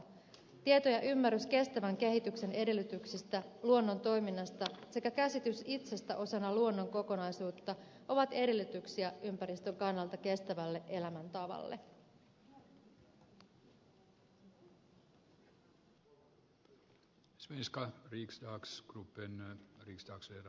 tieto ja ymmärrys kestävän kehityksen edellytyksistä luonnon toiminnasta sekä käsitys itsestä osana luonnon kokonaisuutta ovat edellytyksiä ympäristön kannalta kestävälle elämäntavalle